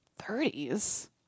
30s